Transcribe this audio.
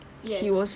yes